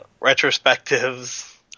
retrospectives